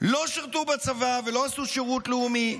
לא שירתו בצבא ולא עשו שירות לאומי.